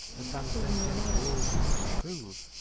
advance then gently all you wish to prove,